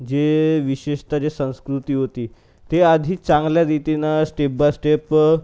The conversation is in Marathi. जे विशेषत जे संस्कृती होती ती आधी चांगल्या रीतीनं स्टेप बाय स्टेप